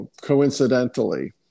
coincidentally